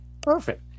Perfect